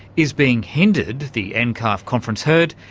is being hindered, the and nccarf conference heard,